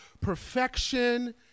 perfection